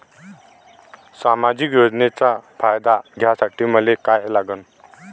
सामाजिक योजनेचा फायदा घ्यासाठी मले काय लागन?